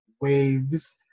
Waves